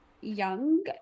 young